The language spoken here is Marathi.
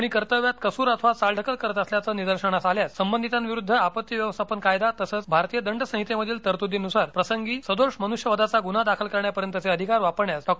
कोणी कर्तव्यात कसूर अथवा चालढकल करीत असल्याच निदर्शनास आल्यास संबंधिताविरुद्ध आपत्ती व्यवस्थापन कायदा तसंच भारतीय दंड संहितेमधील तरतुदीनुसार प्रसंगी सदोष मनुष्यवधाचा गुन्हा दाखल करण्यापर्यंतचे अधिकार वापरण्यास डॉ